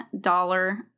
dollar